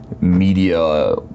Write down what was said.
media